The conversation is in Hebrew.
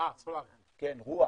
רוח.